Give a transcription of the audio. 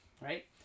right